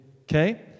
okay